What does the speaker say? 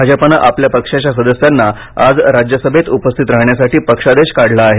भाजपानं आपल्या पक्षाच्या सदस्यांना आज राज्यसभेत उपस्थित राहण्यासाठी पक्षादेश काढला आहे